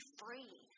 free